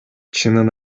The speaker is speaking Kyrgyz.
чынын